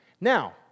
Now